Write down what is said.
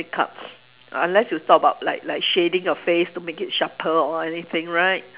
makeup unless you talk about like like shading your face to make it sharper or anything right